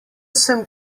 sem